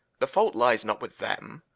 the fault lies not with them,